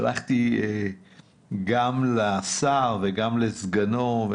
שלחתי גם לשר וגם לסגנו,